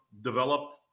developed